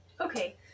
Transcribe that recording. okay